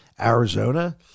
Arizona